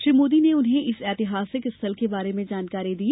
श्री मोदी ने उन्हें इस एतिहासिक स्थल के बारे में जानकारी दी